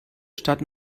stadt